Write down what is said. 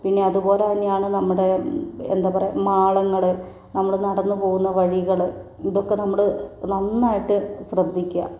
പിന്നെ അതുപോലെ തന്നെയാണ് നമ്മടെ എന്താ പറയാ മാളങ്ങള് നമ്മള് നടന്നുപോകുന്ന വഴികള് ഇതൊക്കെ നമ്മള് നന്നായിട്ട് ശ്രദ്ധിക്കുക